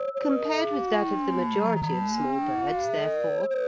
compared with that of the majority of small birds, therefore,